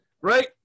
Right